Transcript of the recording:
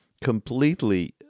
completely